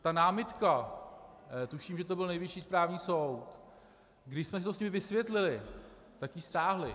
Ta námitka, tuším, že to byl Nejvyšší správní soud, když jsme si to s nimi vysvětlili, tak ji stáhli.